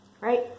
Right